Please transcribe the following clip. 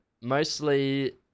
Mostly